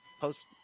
post